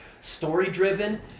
story-driven